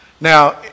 Now